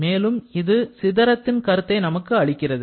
மேலும் இது சிதறத்தின் கருத்தை நமக்கு அளிக்கிறது